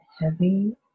heavy